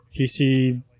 PC